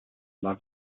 love